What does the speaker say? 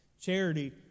Charity